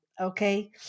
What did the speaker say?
okay